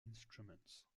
instruments